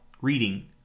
reading